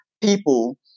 people